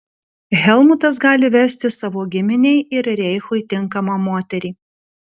helmutas gali vesti savo giminei ir reichui tinkamą moterį